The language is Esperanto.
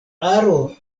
aro